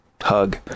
hug